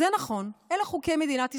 זה נכון, אלה חוקי מדינת ישראל,